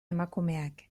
emakumeak